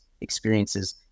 experiences